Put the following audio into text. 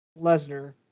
Lesnar